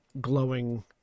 glowing